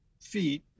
feet